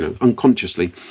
unconsciously